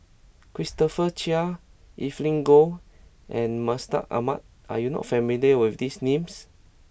Christopher Chia Evelyn Goh and Mustaq Ahmad are you not familiar with these names